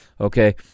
okay